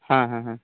ହଁ ହଁ ହଁ